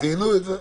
ועשינו את זה.